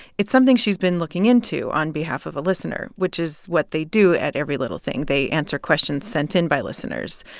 it's something she's been looking into on behalf of a listener, which is what they do at every little thing. they answer questions sent in by listeners.